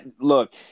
look